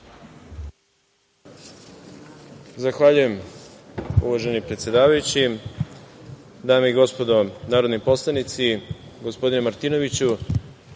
Zahvaljujem, uvaženi predsedavajući. Dame i gospodo narodni poslanici, gospodine Martinoviću,